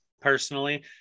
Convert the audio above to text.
personally